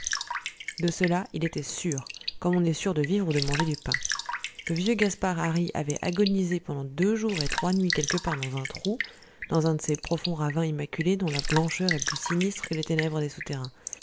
de cela il était sûr comme on est sûr de vivre ou de manger du pain le vieux gaspard hari avait agonisé pendant deux jours et trois nuits quelque part dans un trou dans un de ces profonds ravins immaculés dont la blancheur est plus sinistre que les ténèbres des souterrains